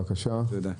תודה.